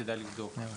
כדאי לבדוק.